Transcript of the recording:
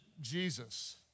Jesus